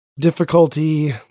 difficulty